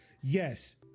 yes